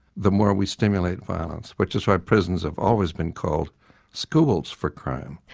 the more we stimulate violence, which is why prisons have always been called schools for crime.